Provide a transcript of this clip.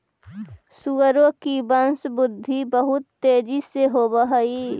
सुअरों की वंशवृद्धि बहुत तेजी से होव हई